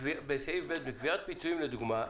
בסעיף (ב), בקביעת פיצויים לדוגמה,